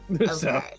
Okay